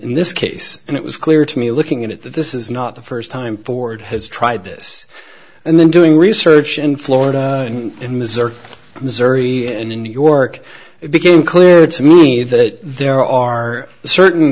in this case and it was clear to me looking at that this is not the first time ford has tried this and then doing research in florida in missouri missouri and in new york it became clear to me that there are certain